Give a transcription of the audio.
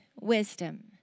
wisdom